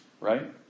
Right